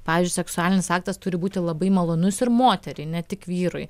pavyzdžiui seksualinis aktas turi būti labai malonus ir moteriai ne tik vyrui